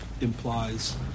implies